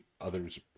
others